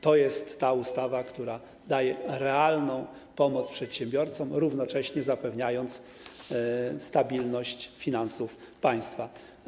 To jest ustawa, która daje realną pomoc przedsiębiorcom, równocześnie zapewniając stabilność finansów państwa.